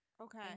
okay